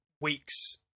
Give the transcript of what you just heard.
weeks